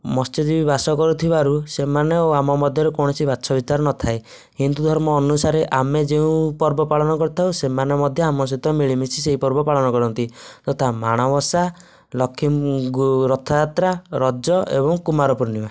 ମତ୍ସ୍ୟଜୀବୀ ବାସ କରୁଥିବାରୁ ସେମାନେ ଆଉ ଆମ ମଧ୍ୟରେ କୌଣସି ବାଛ ବିଚାର ନଥାଏ ହିନ୍ଦୁ ଧର୍ମ ଅନୁସାରେ ଆମେ ଯେଉଁ ପର୍ବ ପାଳନ କରିଥାଉ ସେମାନେ ମଧ୍ୟ ଆମ ସହିତ ମିଳିମିଶି ସେଇ ପର୍ବ ପାଳନ କରନ୍ତି ଯଥା ମାଣବସା ଲକ୍ଷ୍ମୀ ରଥଯାତ୍ରା ରଜ ଏବଂ କୁମାର ପୁର୍ଣିମା